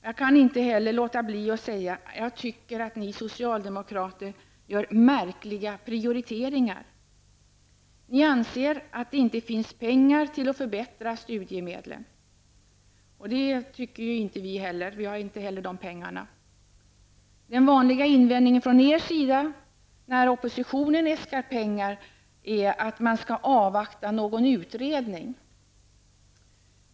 Jag kan inte heller låta bli att säga att jag tycker att ni socialdemokrater gör märkliga prioriteringar. Ni anser att det inte finns pengar till att förbättra studiemedlen. Inte heller vi anser att de pengarna finns. Den vanliga invändningen från er sida när oppositionen äskar pengar är, att man skall avvakta någon utredning.